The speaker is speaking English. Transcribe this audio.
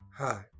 Hi